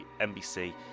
nbc